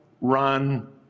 run